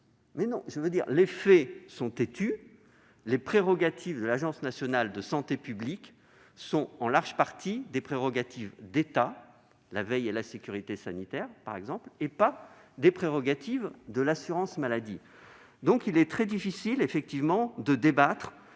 Mais non ! Les faits sont têtus : les prérogatives de l'Agence nationale de santé publique sont en large partie des prérogatives d'État- la veille et la sécurité sanitaires, par exemple -, et non pas des prérogatives de l'assurance maladie. J'y insiste, il est très difficile de débattre